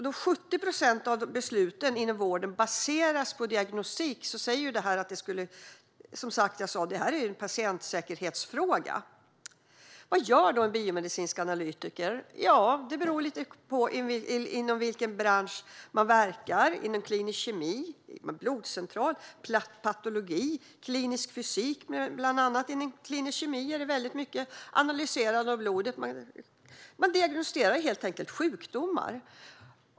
Då 70 procent av besluten inom vården baseras på diagnostik är detta en patientsäkerhetsfråga. Vad gör då en biomedicinsk analytiker? Ja, det beror lite på inom vilken bransch man verkar: klinisk kemi, blodcentral, patologi eller klinisk fysiologi. Inom klinisk kemi är det väldigt mycket analyserande av blod. Man diagnostiserar helt enkelt sjukdomar.